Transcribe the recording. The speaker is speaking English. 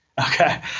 Okay